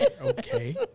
Okay